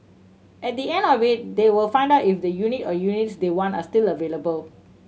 at the end of it they will find out if the unit or units they want are still available